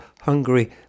Hungary